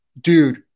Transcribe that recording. dude